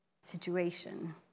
situation